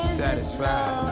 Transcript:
satisfied